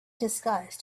disguised